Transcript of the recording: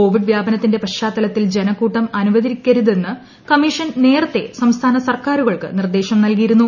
Covid വ്യാപനത്തിന്റെ പശ്ചാത്തലത്തിൽ ജനക്കൂട്ടം അനുവദിക്കുള്ളുണ്ട് കമ്മീഷൻ നേരത്തെ സംസ്ഥാന സർക്കാരുകൾക്ക് നിർദ്ദേശ് നിൽകിയിരുന്നു